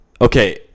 Okay